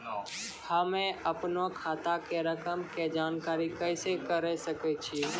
हम्मे अपनो खाता के रकम के जानकारी कैसे करे सकय छियै?